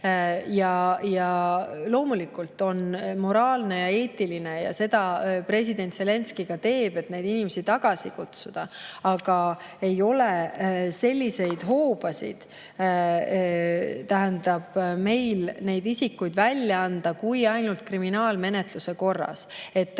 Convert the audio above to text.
Ja loomulikult on moraalne ja eetiline, ja seda president Zelenskõi ka teeb, neid inimesi tagasi kutsuda. Aga meil ei ole muid hoobasid neid isikuid välja anda kui ainult kriminaalmenetluse korras.